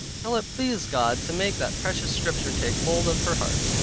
till it pleased god to make that precious scripture take hold of her heart,